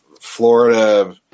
Florida